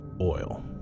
oil